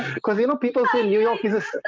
because you know people say new york is